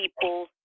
people